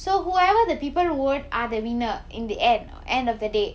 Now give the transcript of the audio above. so whoever the people vote are the winner in the end end of the day